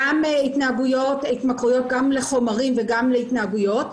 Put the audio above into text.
גם התמכרויות לחומרים וגם להתנהגויות.